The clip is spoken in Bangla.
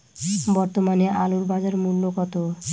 বর্তমানে আলুর বাজার মূল্য কত?